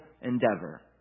endeavor